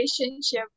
relationship